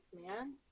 man